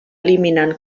eliminant